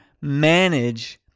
manage